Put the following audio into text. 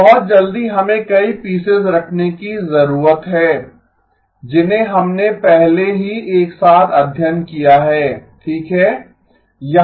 अब बहुत जल्दी हमें कई पीसेस रखने की ज़रूरत है जिन्हें हमने पहले ही एक साथ अध्ययन किया है ठीक है